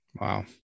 wow